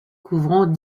couvrant